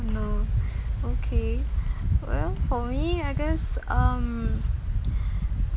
uh okay well for me I guess um